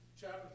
chapter